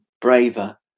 braver